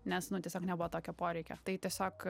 nes nu tiesiog nebuvo tokio poreikio tai tiesiog